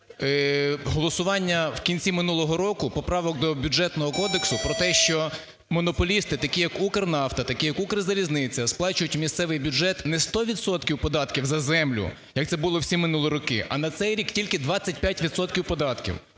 голосування в кінці минулого року поправок до Бюджетного кодексу про те, що монополісти, такі як "Укрнафта", такі як "Укрзалізниця", сплачують у місцевий бюджет не 100 відсотків податків за землю, як це було всі минулі роки, а на цей рік тільки 25 відсотків